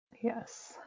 Yes